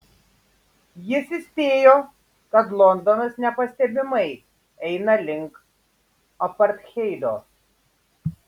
jis įspėjo kad londonas nepastebimai eina link apartheido